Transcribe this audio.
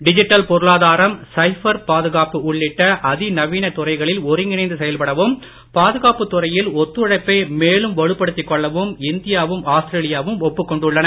digital பொருளாதாரம் cyber பாதுகாப்பு உள்ளிட்ட அதிநவீன துறைகளில் ஒருங்கிணைந்து செயல்படவும் பாதுகாப்புத் துறையில் ஒத்துழைப்பை மேலும் வலுப்படுத்திக் கொள்ளவும் இந்தியாவும் ஆஸ்திரேலியாவும் ஒப்புக் கொண்டுள்ளன